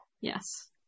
Yes